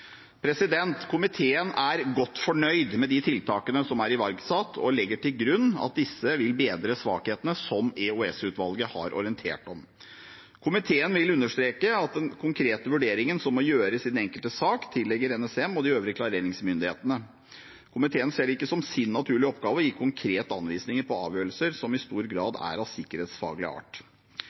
Komiteen er godt fornøyd med de tiltakene som er iverksatt, og legger til grunn at disse vil bedre svakhetene som EOS-utvalget har orientert om. Komiteen vil understreke at den konkrete vurderingen som må gjøres i den enkelte sak, tilligger NSM og de øvrige klareringsmyndighetene. Komiteen ser det ikke som sin naturlige oppgave å gi konkrete anvisninger på avgjørelser som i stor grad er av sikkerhetsfaglig art.